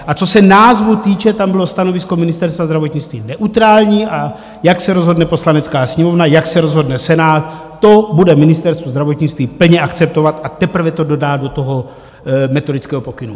A co se názvu týče, tam bylo stanovisko Ministerstva zdravotnictví neutrální, a jak se rozhodne Poslanecká sněmovna, jak se rozhodne Senát, to bude Ministerstvo zdravotnictví plně akceptovat a teprve to dodá do toho metodického pokynu.